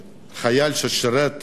חייל ששירת